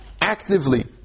actively